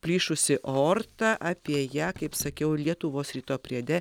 plyšusi aorta apie ją kaip sakiau lietuvos ryto priede